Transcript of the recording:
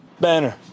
Banner